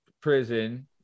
prison